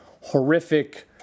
horrific